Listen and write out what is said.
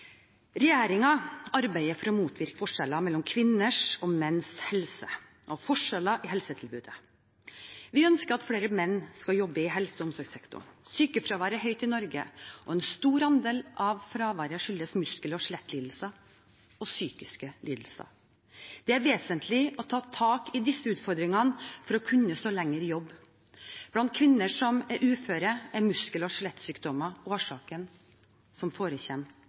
arbeider for å motvirke forskjeller mellom kvinners og menns helse og forskjeller i helsetilbudet. Vi ønsker at flere menn skal jobbe i helse- og omsorgssektoren. Sykefraværet er høyt i Norge, og en stor andel av fraværet skyldes muskel- og skjelettlidelser og psykiske lidelser. Det er vesentlig å ta tak i disse utfordringene for å kunne stå lenger i jobb. Blant kvinner som er uføre, er muskel- og skjelettsykdommer årsaken som